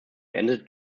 beendete